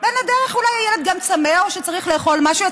ובדרך הילד אולי הילד גם צמא או שצריך לאכול משהו,